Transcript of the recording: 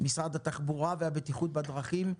משרד התחבורה והבטיחות בדרכים,